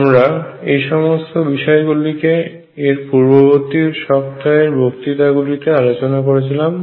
আমরা এই সমস্ত বিষয়গুলিকে এর পূর্ববর্তী সপ্তাহের বক্তৃতা গুলিতে আলোচনা করেছিলাম